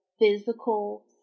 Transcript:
physical